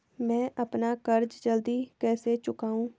मैं अपना कर्ज जल्दी कैसे चुकाऊं?